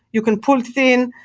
you can put it in.